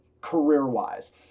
career-wise